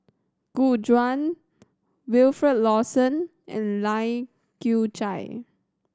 Gu Juan Wilfed Lawson and Lai Kew Chai